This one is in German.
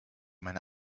meine